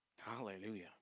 Hallelujah